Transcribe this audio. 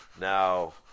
Now